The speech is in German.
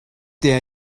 der